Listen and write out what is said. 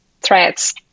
threats